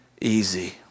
easy